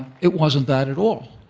it wasn't that at all.